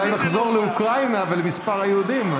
אולי נחזור לאוקראינה ולמספר היהודים,